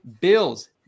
Bills